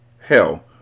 Hell